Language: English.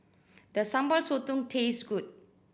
does Sambal Sotong taste good